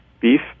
beef